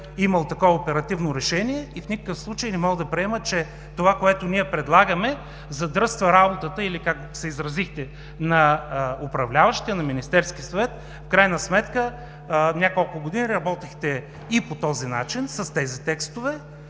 имал такова оперативно решение и в никакъв случай не мога да приема, че това, което ние предлагаме, задръства работата, или както се изразихте – на управляващите на Министерския съвет. В крайна сметка няколко години работихте и по този начин, с тези текстове,